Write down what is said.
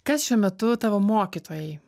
kas šiuo metu tavo mokytojai